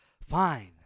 Fine